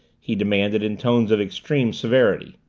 he demanded in tones of extreme severity.